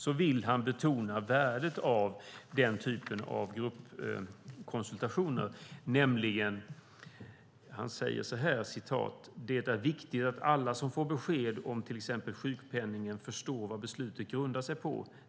Han vill betona värdet av den typen av gruppkonsultationer. Han säger nämligen så här: "Det är viktigt att alla som får besked om till exempel sjukpenning förstår vad beslutet grundar sig på.